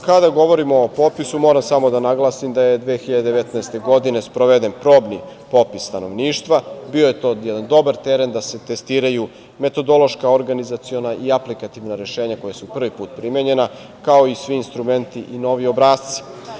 Kada govorimo o popisu, moram samo da naglasim da je 2019. godine, sproveden probni popis stanovništva, bio je to jedan dobar teren da se testiraju metodološka organizaciona i aplikativna rešenja, koja su prvi put primenjena, kao i svi instrumenti i novi obrasci.